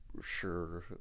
sure